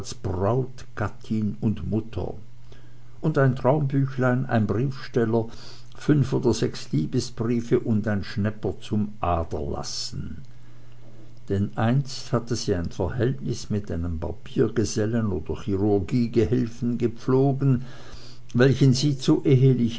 braut gattin und mutter und ein traumbüchlein ein briefsteller fünf oder sechs liebesbriefe und ein schnepper zum aderlassen denn einst hatte sie ein verhältnis mit einem barbiergesellen oder chirurgiegehilfen gepflogen welchen sie zu